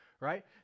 right